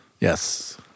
Yes